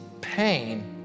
pain